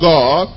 God